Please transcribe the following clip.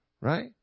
Right